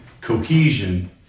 cohesion